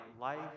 life